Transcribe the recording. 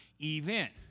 event